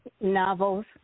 novels